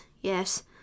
yes